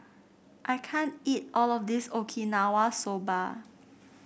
I can't eat all of this Okinawa Soba